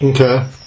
Okay